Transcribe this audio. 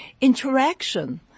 interaction